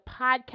podcast